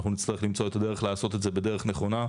אנחנו נצטרך למצוא את הדרך לעשות את זה בדרך נכונה,